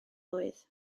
blwydd